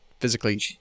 physically